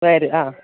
വരും ആ